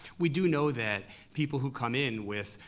we do know that people who come in with,